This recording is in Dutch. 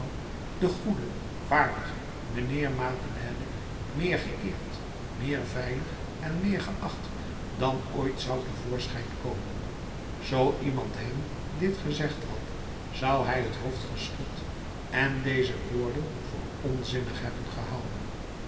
de goede waardige mijnheer madeleine meer geëerd meer veilig en meer geacht dan ooit zou te voorschijn komen zoo iemand hem dit gezegd had zou hij het hoofd geschud en deze woorden voor onzinnig hebben gehouden